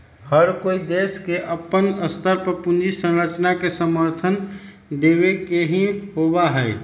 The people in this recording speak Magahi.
हर कोई देश के अपन स्तर पर पूंजी संरचना के समर्थन देवे के ही होबा हई